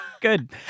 good